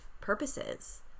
purposes